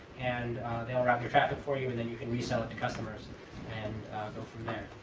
and they'll route your traffic for you and then you can resell it to customers and go from there.